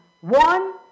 One